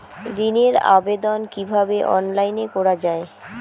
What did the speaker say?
ঋনের আবেদন কিভাবে অনলাইনে করা যায়?